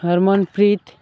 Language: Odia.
ହର୍ମନ ପ୍ରିତ